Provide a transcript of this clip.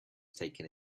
taking